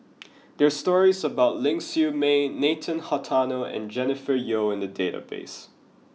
there are stories about Ling Siew May Nathan Hartono and Jennifer Yeo in the database